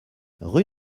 rue